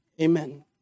amen